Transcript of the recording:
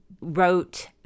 wrote